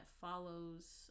follows